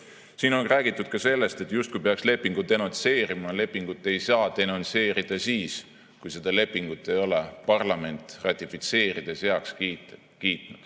Siin on räägitud ka sellest, et justkui peaks lepingu denonsseerima. Lepingut ei saa denonsseerida siis, kui lepingut ei ole parlament ratifitseerides heaks kiitnud.